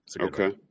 okay